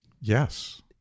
Yes